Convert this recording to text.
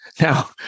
Now